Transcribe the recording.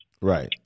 right